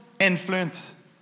influence